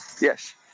Yes